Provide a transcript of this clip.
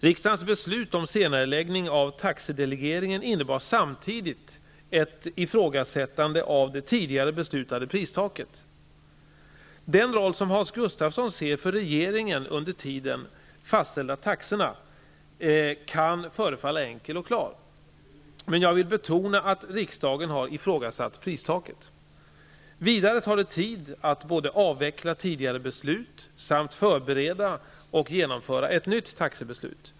Riksdagens beslut om senareläggning av taxedelegeringen innebar samtidigt ett ifrågasättande av det tidigare beslutade pristaket. Den roll som Hans Gustafsson ser för regeringen, att under tiden fastställa taxorna, kan förefalla enkel och klar. Men jag vill betona att riksdagen har ifrågasatt pristaket. Vidare tar det tid att både avveckla tidigare beslut och förbereda samt genomföra ett nytt taxebeslut.